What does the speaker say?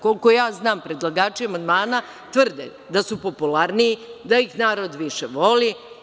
Koliko ja znam, predlagači amandmana tvrde da su popularniji, da ih narod više voli.